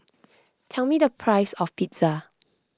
tell me the price of pizza